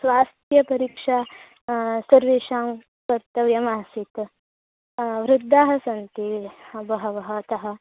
स्वास्थ्यपरीक्षा सर्वेषां वक्तव्या आसीत् वृद्धाः सन्ति ह बहवः अतः